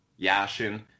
Yashin